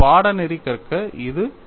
பாடநெறி கற்க இது அவசியம்